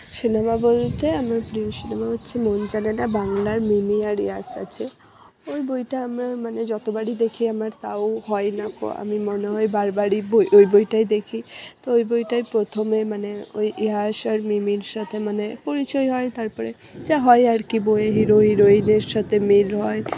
cinema বলতে আমার প্রিয় সিনেমা হচ্ছে মন জানে না বাংলার মিমি আর যশ আছে ওই বইটা আমার মানে যতবারই দেখি আমার তাও হয় নাকো আমি মনে হয় বারবারই বই ওই বইটাই দেখি তো ওই বইটায় প্রথমে মানে ওই যশ আর মিমির সাথে মানে পরিচয় হয় তারপরে যা হয় আর কি বইয়ে হিরো হিরোইনের সথে মিল হয়